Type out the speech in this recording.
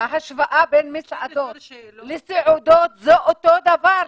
ההשוואה בין מסעדות לסעודות זה אותו דבר,